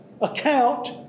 account